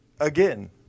again